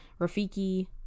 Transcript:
Rafiki